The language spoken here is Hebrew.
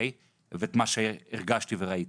ואת מה שהרגשתי וראיתי,